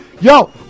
Yo